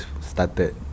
started